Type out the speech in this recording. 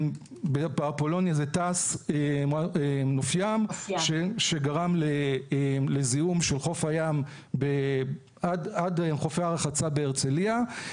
אפולוניה זה תע"ש נוף ים שגרם לזיהום של חוף הים עד חופי הרחצה בהרצליה.